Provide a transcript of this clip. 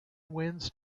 winds